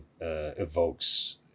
evokes